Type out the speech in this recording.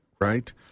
right